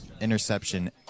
interception